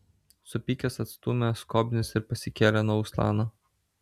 supykęs atstūmė skobnis ir pasikėlė nuo uslano